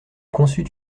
conçut